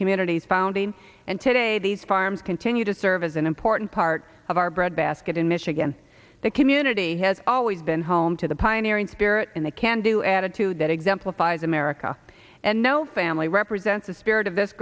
communities founding and today these farms continue to serve as an important part of our bread basket in michigan the community has always been home to the pioneering spirit they can do attitude that exemplifies america and no family represents the spirit of this